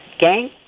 gang